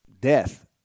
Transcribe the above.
death